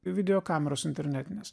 videokameros internetinės